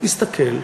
הסתכל,